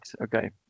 Okay